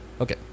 Okay